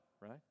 right